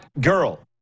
girl